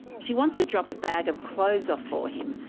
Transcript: she wants to drop a bag of clothes off for him,